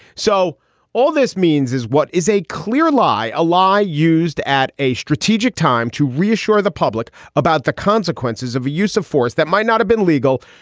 so all this means is what is a clear lie, a lie used at a strategic time to reassure the public about the consequences of a use of force that might not have been legal,